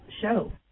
Show